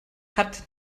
hat